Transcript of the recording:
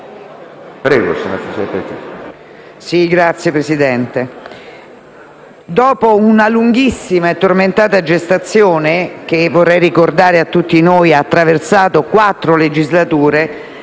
Oggi, signor Presidente,